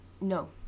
No